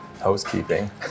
housekeeping